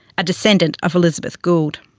a descendent of elizabeth gould.